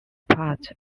part